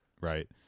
right